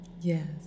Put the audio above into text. Yes